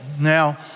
Now